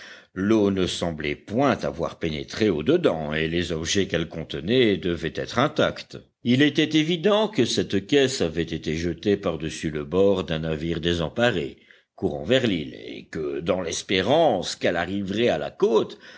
l'eau ne semblait point avoir pénétré au dedans et les objets qu'elle contenait devaient être intacts il était évident que cette caisse avait été jetée par-dessus le bord d'un navire désemparé courant vers l'île et que dans l'espérance qu'elle arriverait à la côte